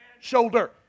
Shoulder